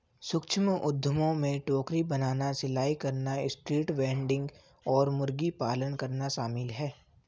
सूक्ष्म उद्यमों में टोकरी बनाना, सिलाई करना, स्ट्रीट वेंडिंग और मुर्गी पालन करना शामिल है